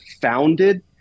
founded